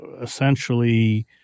essentially